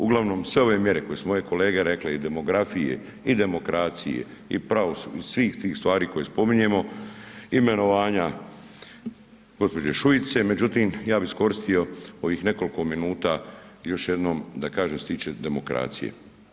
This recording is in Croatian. Uglavnom, sve ove mjere koje smo moje kolege rekle i demografije i demokracije i pravosudni i svih tih stvari koje spominjemo, imenovanja gđe. Šuice, međutim, ja bih iskoristio ovih nekoliko minuta još jednom da kažem što se tiče demokracije.